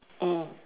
mm